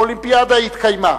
האולימפיאדה התקיימה